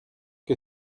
que